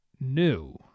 new